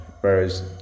whereas